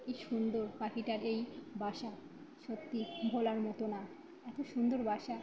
কী সুন্দর পাখিটার এই বাসা সত্যি ভোলার মতো না এত সুন্দর বাসা